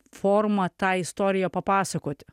forma tą istoriją papasakoti